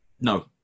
No